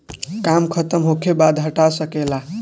काम खतम होखे बाद हटा सके ला